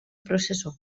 processó